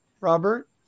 robert